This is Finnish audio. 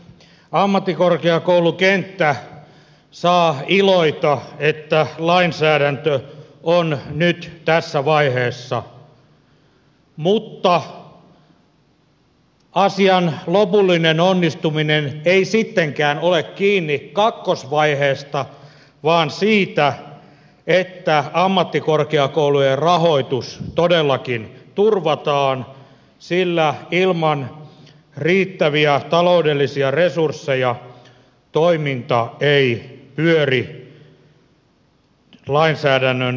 ammattikorkeakoulukenttä saa iloita että lainsäädäntö on nyt tässä vaiheessa mutta asian lopullinen onnistuminen ei sittenkään ole kiinni kakkosvaiheesta vaan siitä että ammattikorkeakoulujen rahoitus todellakin turvataan sillä ilman riittäviä taloudellisia resursseja toiminta ei pyöri lainsäädännön edellyttämällä tavalla